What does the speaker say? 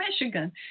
Michigan